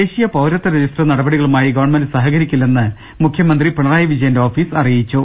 ദേശീയ പൌരത്വ രജിസ്റ്റർ നടപടികളുമാ യി ഗവൺമെന്റ് സഹകരിക്കില്ലെന്ന് മുഖ്യമന്ത്രി പിണറായി വിജയന്റെ ഓ ഫീസ് അറിയിച്ചു